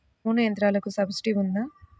నూనె యంత్రాలకు సబ్సిడీ ఉందా?